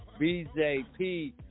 BJP